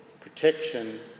Protection